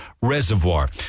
reservoir